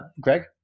greg